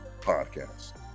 Podcast